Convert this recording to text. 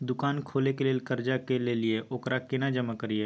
दुकान खोले के लेल कर्जा जे ललिए ओकरा केना जमा करिए?